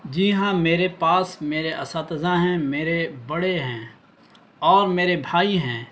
جی ہاں میرے پاس میرے اساتذہ ہیں میرے بڑے ہیں اور میرے بھائی ہیں